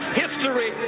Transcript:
history